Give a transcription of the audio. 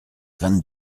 vingt